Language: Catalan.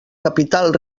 capital